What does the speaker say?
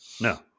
No